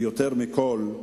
ויותר מכול,